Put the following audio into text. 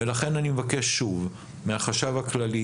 לכן אני מבקש שוב מהחשב הכללי,